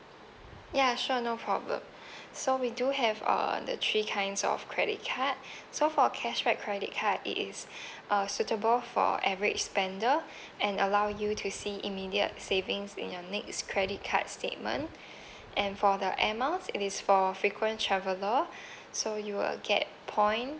ya sure no problem so we do have uh the three kinds of credit card so for cashback credit card it is uh suitable for average spender and allow you to see immediate savings in your next credit card statement and for the air miles it is for frequent traveler so you will get point